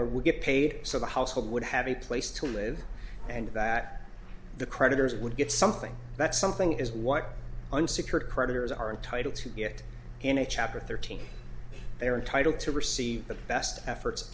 would get paid so the household would have a place to live and that the creditors would get something that something is what unsecured creditors are entitled to get in a chapter thirteen they are entitled to receive the best efforts of